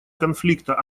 конфликта